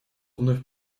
вновь